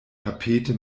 tapete